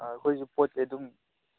ꯑꯩꯈꯣꯏꯁꯨ ꯄꯣꯠꯇꯤ ꯑꯗꯨꯝ